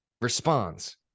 responds